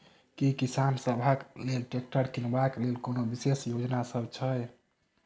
की किसान सबहक लेल ट्रैक्टर किनबाक लेल कोनो विशेष योजना सब छै?